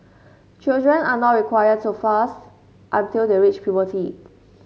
children are not required to fast until they reach puberty